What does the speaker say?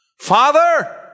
Father